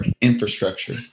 infrastructure